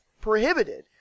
prohibited